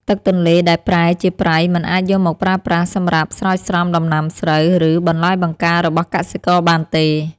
ទឹកទន្លេដែលប្រែជាប្រៃមិនអាចយកមកប្រើប្រាស់សម្រាប់ស្រោចស្រពដំណាំស្រូវ ឬ បន្លែបង្ការរបស់កសិករបានទេ។